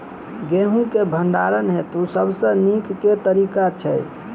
गेंहूँ केँ भण्डारण हेतु सबसँ नीक केँ तरीका छै?